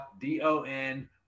D-O-N